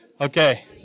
Okay